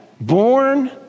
born